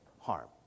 harm